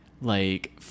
like-